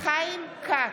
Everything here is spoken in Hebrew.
חיים כץ,